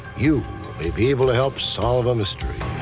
you may be able to help solve a mystery.